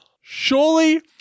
Surely